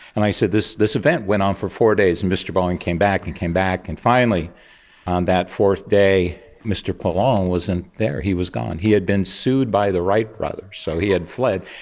and i said, this this event went on for four days, and mr boeing came back and came back, and finally on that fourth day mr paulhan um wasn't there, he was gone. he had been sued by the wright brothers, so he had fled.